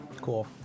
Cool